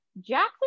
Jackson